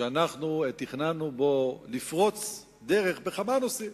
שאנחנו תכננו בו לפרוץ דרך בכמה נושאים,